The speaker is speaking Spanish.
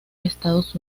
estados